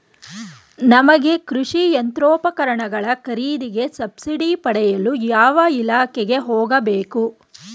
ನಮಗೆ ಕೃಷಿ ಯಂತ್ರೋಪಕರಣಗಳ ಖರೀದಿಗೆ ಸಬ್ಸಿಡಿ ಪಡೆಯಲು ಯಾವ ಇಲಾಖೆಗೆ ಹೋಗಬೇಕು?